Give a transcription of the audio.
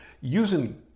using